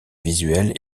visuel